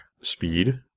speed